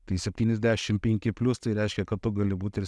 tai septyniasdešim penki plius tai reiškia kad tu gali būt ir